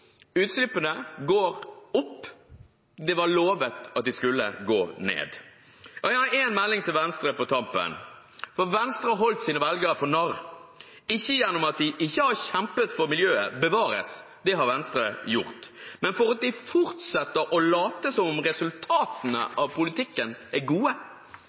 Utslippene går opp – det var lovet at de skulle gå ned. Og jeg har en melding til Venstre på tampen. Venstre har holdt sine velgere for narr, ikke gjennom at de ikke har kjempet for miljøet – bevares, det har Venstre gjort – men for at de fortsetter å late som om resultatene av politikken er gode.